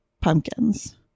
pumpkins